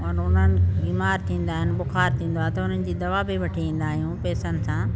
और उन्हनि बीमार थींदा आहिनि बुखार थींदो आहे त उन्हनि जी दवा बि वठी ईंदा आहियूं पेसनि सां